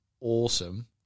awesome